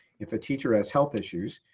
if a teacher has health issues,